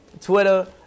Twitter